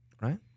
Right